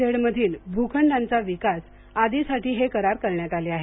Z मधील भूखंडांचा विकास आदी साठी हे करार करण्यात आले आहेत